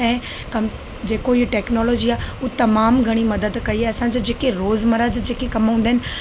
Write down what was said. ऐं कमु जेको इहा टेक्नोलॉजी आहे उहा तमामु घणी मदद कई आ्हे असांजे जेके रोज़मराह जा जेके कमु हूंदा आहिनि